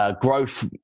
Growth